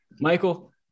Michael